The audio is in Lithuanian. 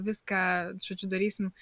viską žodžiu darysim